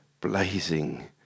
blazing